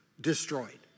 destroyed